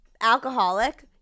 Alcoholic